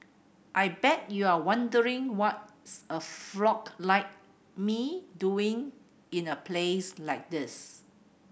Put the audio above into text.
I bet you're wondering what is a frog like me doing in a place like this